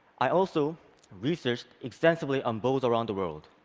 i also researched extensively on bows around the world.